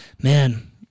Man